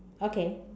okay